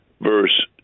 verse